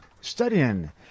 studying